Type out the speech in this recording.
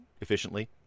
efficiently